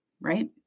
right